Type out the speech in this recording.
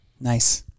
Nice